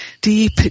deep